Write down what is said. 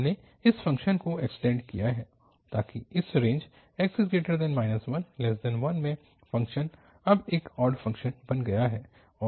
हमने इस फंक्शन को एक्सटेंड किया है ताकि इस रेंज 1x1 में फंक्शन अब एक ऑड फंक्शन बन गया है